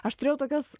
aš turėjau tokios